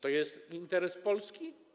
To jest interes Polski?